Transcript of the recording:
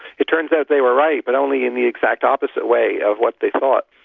it turns out they were right but only in the exact opposite way of what they thought.